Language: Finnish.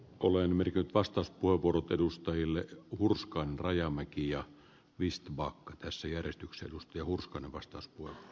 olen mercy bastos pulpurut edustajille puuskaan rajamäki ja vistbacka vesieristyksen palveluja käyttävät